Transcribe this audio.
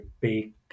big